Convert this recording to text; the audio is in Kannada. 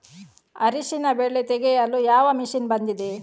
ಅರಿಶಿನ ಬೆಳೆ ತೆಗೆಯಲು ಯಾವ ಮಷೀನ್ ಬಂದಿದೆ?